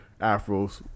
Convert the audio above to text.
afros